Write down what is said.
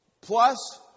plus